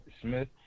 Smith